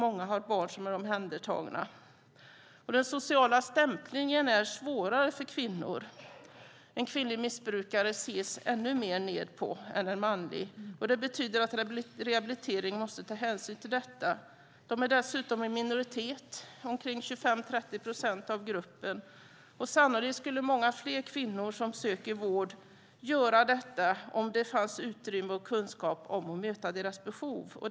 Många har barn som är omhändertagna. Den sociala stämplingen är svårare för kvinnor. Man ser ännu mer ned på en kvinnlig missbrukare än på en manlig. Det betyder att rehabiliteringen måste ta hänsyn till detta. De är dessutom i minoritet, omkring 25-30 procent av gruppen. Sannolikt skulle många fler kvinnor som söker vård göra detta om det fanns utrymme och kunskap för att möta deras behov.